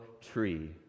tree